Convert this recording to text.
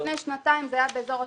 לפני שנתיים זה היה באזור ה-7,000.